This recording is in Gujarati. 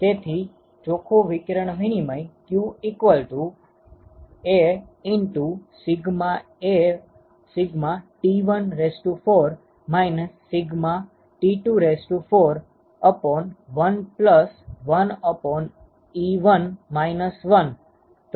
તેથી ચોખ્ખું વિકિરણ વિનિમય q AσT14 σT241 11 1 12 1 થશે